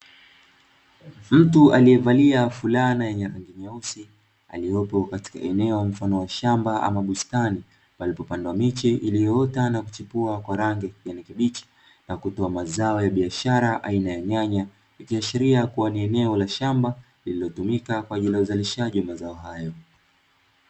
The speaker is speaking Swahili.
Mtu aliyevalia fulana ya rangi nyeusi, aliyepo eneo katika mfano wa shamba ama bustani, palipopandwa miche inayochipua kwa rangi ya kijani kibichi na kutoa mazao aina ya biashara, aina ya nyanya. Ikiashiria eneo la shamba linalotumika katika ulimaji wa mazao hayo.